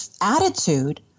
attitude